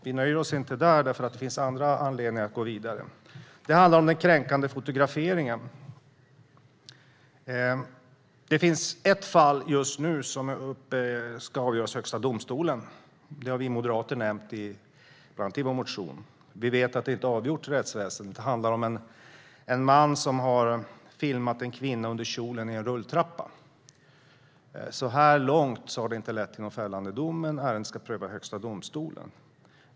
Vi nöjer oss inte där, för det finns andra anledningar att gå vidare. Det handlar om kränkande fotografering. Just nu finns ett fall uppe och ska avgöras i Högsta domstolen. Vi moderater har bland annat nämnt detta i vår motion. Rättsväsendet har inte avgjort fallet än. Det handlar om en man som i en rulltrappa har filmat under en kvinnas kjol. Hittills har detta inte lett till en fällande dom, men ärendet ska prövas i Högsta domstolen.